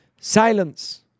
Silence